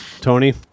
Tony